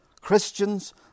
Christians